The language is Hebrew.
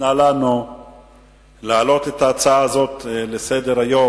שניתנה לנו להעלות את ההצעה הזאת לסדר-היום,